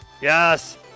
Yes